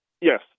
Yes